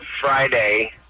Friday